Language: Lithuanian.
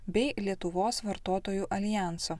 bei lietuvos vartotojų aljanso